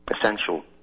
Essential